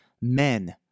Men